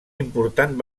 important